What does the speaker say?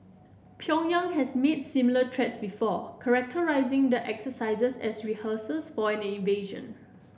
Pyongyang has made similar threats before characterising the exercises as rehearsals for an invasion